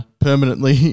permanently